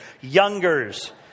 Youngers